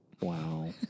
Wow